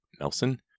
Nelson